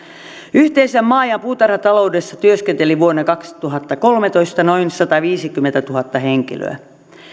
yhteensä maa ja puutarhataloudessa työskenteli vuonna kaksituhattakolmetoista noin sataviisikymmentätuhatta henkilöä